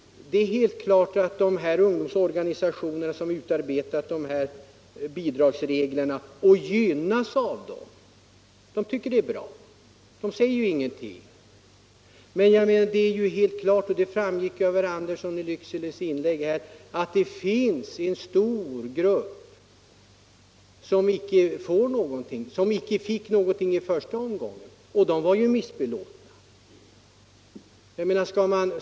Det är naturligtvis så att de ungdomsorganisationer som utarbetat dessa bidragsregler och gynnas av dem tycker att de är bra, och de säger naturligtvis ingenting. Men det framgick också klart av herr Anderssons inlägg att det finns en stor grupp organisationer som inte får någonting och som inte heller fick någonting i första omgången, och dessa organisationer är naturligtvis missbelåtna.